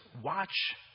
Watch